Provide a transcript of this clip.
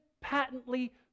patently